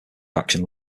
faction